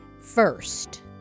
first